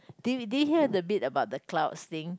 did did you hear the bit about the clouds thing